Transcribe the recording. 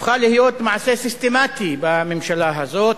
הפכו להיות מעשה סיסטמטי בממשלה הזאת.